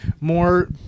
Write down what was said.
more